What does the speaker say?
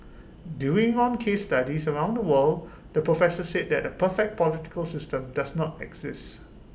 doing on case studies around the world the professor said that A perfect political system does not exist